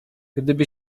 gdyby